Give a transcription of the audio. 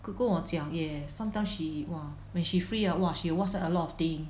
都跟我讲 yes sometimes she !wah! when she free ah !wah! she Whatsapp a lot of thing